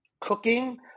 cooking